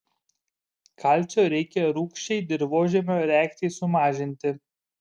kalcio reikia rūgščiai dirvožemio reakcijai sumažinti